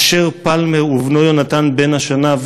אשר פלמר ובנו יהונתן בן השנה,